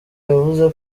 yavuze